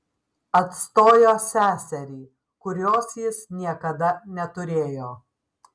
atstojo seserį kurios jis niekada neturėjo